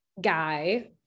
guy